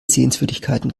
sehenswürdigkeiten